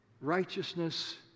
righteousness